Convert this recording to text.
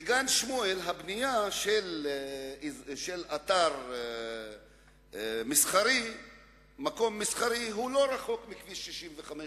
בגן-שמואל נבנה אתר מסחרי לא רחוק מכביש 65,